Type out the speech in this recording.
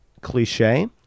cliche